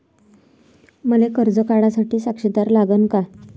मले कर्ज काढा साठी साक्षीदार लागन का?